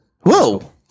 Whoa